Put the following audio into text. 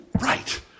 Right